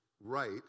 right